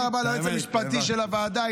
-- היועץ המשפטי של הוועדה,